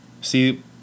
See